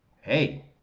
hey